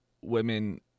women